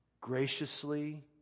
graciously